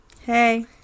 Hey